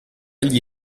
gli